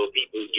people